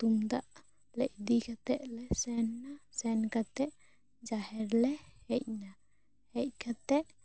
ᱛᱩᱢᱫᱟᱜ ᱞᱮ ᱤᱫᱤ ᱠᱟᱛᱮ ᱞᱮ ᱥᱮᱱ ᱮᱱᱟ ᱥᱮᱱ ᱠᱟᱛᱮ ᱡᱟᱦᱮᱨ ᱞᱮ ᱦᱮᱡ ᱱᱟ ᱦᱮᱡ ᱠᱟᱛᱮ